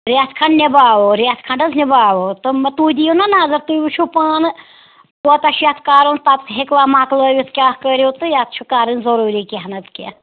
رٮ۪تھ کھٕنٛڈ نِباوَو رٮ۪تھ کھٕنٛڈ حظ نِباوو تِم تُہۍ دِیِو نَہ نظر تُہۍ وٕچھُو پانہٕ کوتاہ چھِ یَتھ کرُن پتہٕ ہیٚکِوا مکلٲوِتھ کیٛاہ کٔرِو تہٕ یَتھ چھِ کرٕنۍ ضٔروٗری کیٚنٛہہ نَتہٕ کیٚنٛہہ